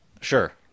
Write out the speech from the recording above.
Sure